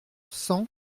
cent